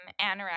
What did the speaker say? anorexia